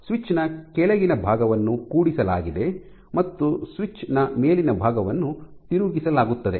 switch ನ ಕೆಳಗಿನ ಭಾಗವನ್ನು ಕೂಡಿಸಲಾಗಿದೆ ಮತ್ತು ಸ್ವಿಚ್ ನ ಮೇಲಿನ ಭಾಗವನ್ನು ತಿರುಗಿಸಲಾಗುತ್ತದೆ